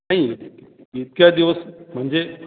नाही इतक्या दिवस म्हणजे